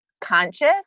conscious